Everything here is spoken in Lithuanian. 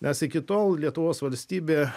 nes iki tol lietuvos valstybė